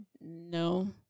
no